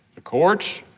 the courts,